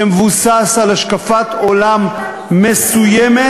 שמבוסס על השקפת עולם מסוימת,